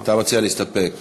אתה מציע להסתפק.